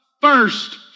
first